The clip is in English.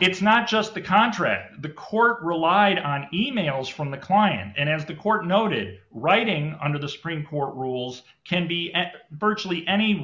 it's not just the contract the court relied on emails from the client and have the court noted writing under the supreme court rules can be at virtually any